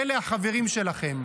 אלה החברים שלכם.